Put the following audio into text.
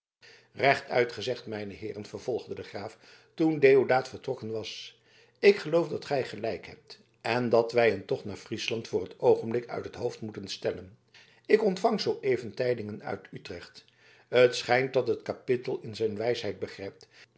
rechtuit gezegd mijne heeren vervolgde de graaf toen deodaat vertrokken was ik geloof dat gij gelijk hebt en dat wij een tocht naar friesland voor t oogenblik uit het hoofd moeten stellen ik ontvang zooeven tijdingen uit utrecht het schijnt dat het kapittel in zijn wijsheid begrijpt